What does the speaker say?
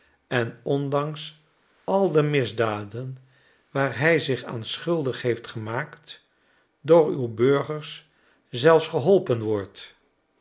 en ondanks al de misdaden waar hij zich aan schuldig heeft gemaakt door uw burgers zelfs geholpen wordt